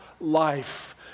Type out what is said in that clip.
life